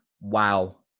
Wow